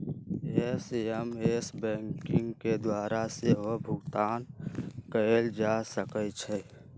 SMS banking के द्वारा सेहो भुगतान कएल जा सकै छै